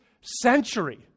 century